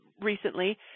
recently